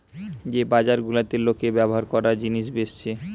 যে বাজার গুলাতে লোকে ব্যভার কোরা জিনিস বেচছে